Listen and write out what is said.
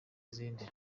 izindi